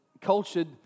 cultured